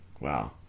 Wow